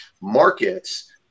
markets